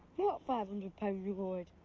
what five hundred pound reward?